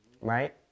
right